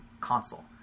console